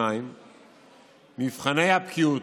2. מבחני הבקיאות,